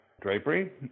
drapery